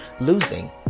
losing